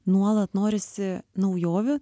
nuolat norisi naujovių